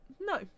No